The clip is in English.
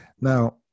Now